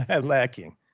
lacking